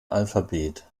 alphabet